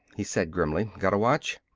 he said grimly. got a watch?